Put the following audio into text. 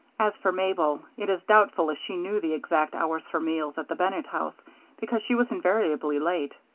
as for mabel, it is doubtful if she knew the exact hours for meals at the bennett house because she was invariably late.